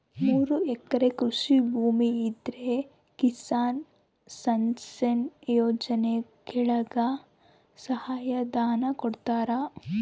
ಮೂರು ಎಕರೆ ಕೃಷಿ ಭೂಮಿ ಇದ್ರ ಕಿಸಾನ್ ಸನ್ಮಾನ್ ಯೋಜನೆ ಕೆಳಗ ಸಹಾಯ ಧನ ಕೊಡ್ತಾರ